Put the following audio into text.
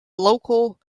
local